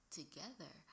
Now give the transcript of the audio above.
together